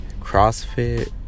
CrossFit